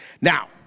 Now